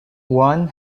one